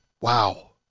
Wow